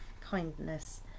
kindness